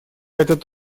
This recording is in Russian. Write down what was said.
этот